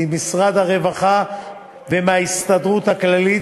ממשרד הרווחה ומההסתדרות הכללית.